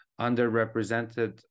underrepresented